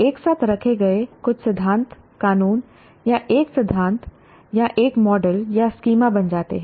एक साथ रखे गए कुछ सिद्धांत कानून या एक सिद्धांत या एक मॉडल या स्कीमा बन जाते हैं